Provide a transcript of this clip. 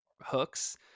hooks